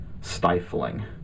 stifling